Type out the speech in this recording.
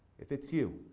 it fits you.